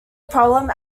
problem